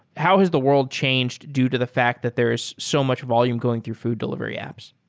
how has the world changed due to the fact that there's so much volume going through food delivery apps?